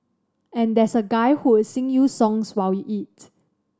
and there's a guy who would sing you songs while you eat